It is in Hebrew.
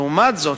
לעומת זאת,